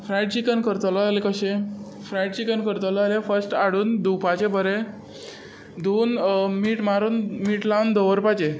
fried chicken करतलो जाल्यार कशें फ्रायड चिकन करतलो जाल्यार फस्ट हाडून धुंवपाचें बरें धुवन मीठ मारून मीठ लावन दवरपाचें